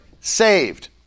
saved